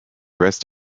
rest